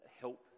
help